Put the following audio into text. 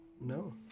No